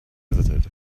visited